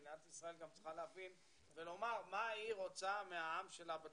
מדינת ישראל גם צריכה להבין ולומר מה היא רוצה מהעם שלה בתפוצות.